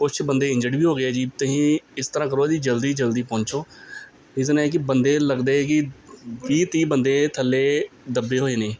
ਕੁਛ ਬੰਦੇ ਇੰਜਰਡ ਵੀ ਹੋ ਗਏ ਹੈ ਜੀ ਤੁਸੀਂ ਇਸ ਤਰ੍ਹਾਂ ਕਰੋ ਜੀ ਜਲਦੀ ਜਲਦੀ ਪਹੁੰਚੋ ਰੀਜ਼ਨ ਇਹ ਹੈ ਕਿ ਬੰਦੇ ਲੱਗਦੇ ਹੈ ਕਿ ਵੀਹ ਤੀਹ ਬੰਦੇ ਥੱਲੇ ਦੱਬੇ ਹੋਏ ਨੇ